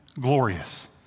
Glorious